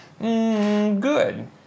Good